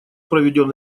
проведен